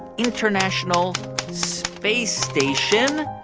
international space station.